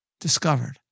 discovered